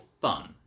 fun